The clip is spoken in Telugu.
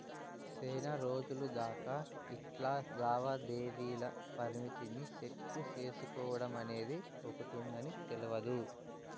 సేనారోజులు దాకా ఇట్లా లావాదేవీల పరిమితిని సెట్టు సేసుకోడమనేది ఒకటుందని తెల్వదు